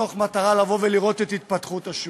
מתוך מטרה לבוא ולראות את התפתחות השוק.